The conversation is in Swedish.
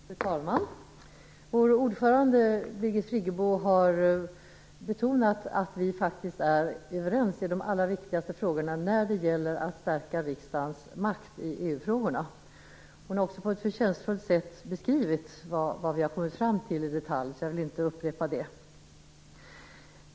Fru talman! Vår ordförande, Birgit Friggebo, har betonat att vi faktiskt är överens i de allra viktigaste frågorna när det gäller att stärka riksdagens makt i EU-frågorna. Hon har också på ett förtjänstfullt sätt och i detalj beskrivit vad vi har kommit fram till, så jag vill inte upprepa det.